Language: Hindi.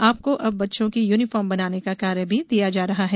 आपको अब बच्चों की यूनिफार्म बनाने का कार्य भी दिया जा रहा है